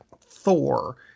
Thor